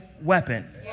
weapon